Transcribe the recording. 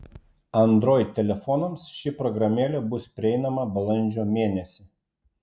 android telefonams ši programėlė bus prieinama balandžio mėnesį